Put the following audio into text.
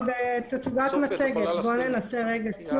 משלים להתמודדות של